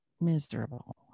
miserable